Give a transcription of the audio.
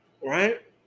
right